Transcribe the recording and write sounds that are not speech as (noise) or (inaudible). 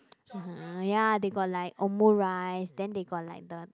(noise) ya they got like omurice then they got like the